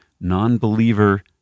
non-believer